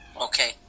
Okay